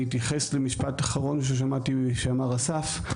אני אתייחס למשפט אחרון ששמעתי שאמר אסף,